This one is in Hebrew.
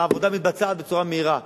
והעבודה מתבצעת בצורה מהירה.